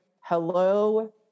hello